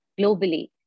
globally